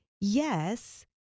yes